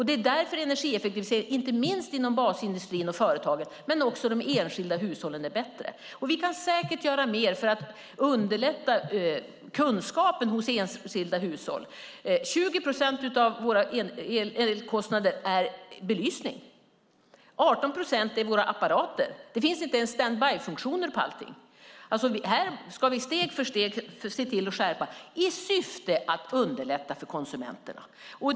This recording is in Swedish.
Det är därför energieffektivisering inte minst inom basindustrin och företagen men också i de enskilda hushållen är bättre. Vi kan säkert göra mer för att underlätta kunskapen hos enskilda hushåll. 20 procent av våra elkostnader gäller belysning. 18 procent gäller våra apparater. Det finns inte ens standbyfunktioner på allt. Här ska vi steg för steg se till att skärpa förhållandena i syfte att underlätta för konsumenterna.